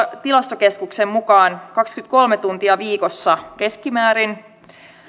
tilastokeskuksen mukaan kaksikymmentäkolme tuntia viikossa keskimäärin